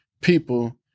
people